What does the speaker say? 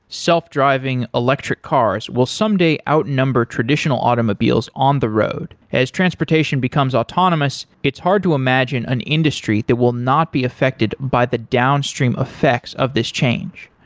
self-driving electric cars will someday outnumber traditional automobiles on the road. as transportation becomes autonomous, it's hard to imagine an industry that will not be affected by the downstream effects of this change.